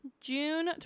June